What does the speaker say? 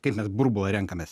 kaip mes burbulą renkamės